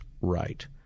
right